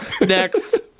Next